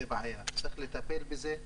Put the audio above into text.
זאת בעיה שצריך לטפל בה.